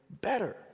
better